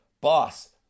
boss